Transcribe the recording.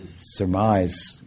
surmise